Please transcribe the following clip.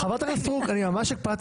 כמה מתוך השבעה האלה הם על אותו נושא?